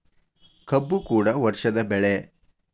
ಕಬ್ಬು ಕೂಡ ವರ್ಷದ ಬೆಳೆ